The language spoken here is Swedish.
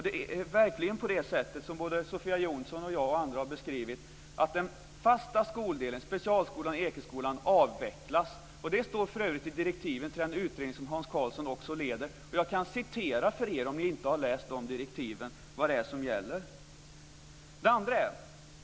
Det är verkligen på det sätt som Sofia Jonsson, jag och andra har beskrivit, att den fasta skoldelen, specialskolan Ekeskolan, avvecklas. Det står för övrigt i direktiven till den utredning som Hans Karlsson också leder. Jag kan citera för er vad som gäller, om ni inte har läst de direktiven.